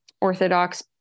orthodox